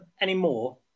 anymore